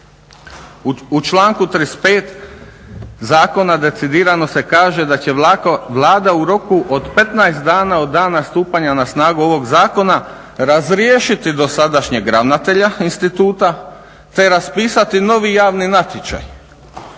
u članku 35. zakona decidirano se kaže da će Vlada u roku od 15 dana od dana stupanja na snagu ovog zakona razriješiti dosadašnjeg ravnatelja instituta te raspisati novi javni natječaj.